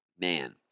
Man